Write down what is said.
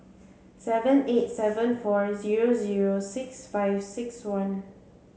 seven eight seven four zero zero six five six one